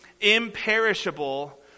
imperishable